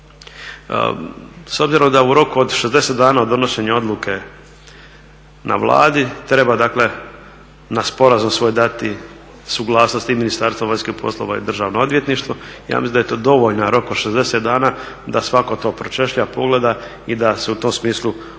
S obzirom da u roku od 60 dana od donošenja odluke na Vladi treba dakle na sporazum svoj dati suglasnost i Ministarstvo vanjskih poslova i DORH, ja mislim da je to dovoljan rok od 60 dana da svatko to pročešlja, pogleda i da se u tom smislu očituje